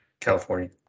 California